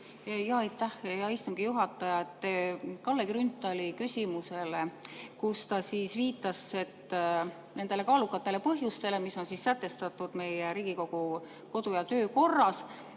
Aitäh, hea istungi juhataja! Kalle Grünthali küsimusele, kus ta viitas nendele kaalukatele põhjustele, mis on sätestatud meie Riigikogu kodu- ja töökorras,